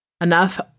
Enough